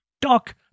Doc